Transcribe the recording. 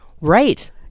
Right